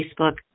Facebook